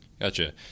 gotcha